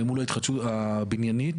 למול ההתחדשות הבניינית,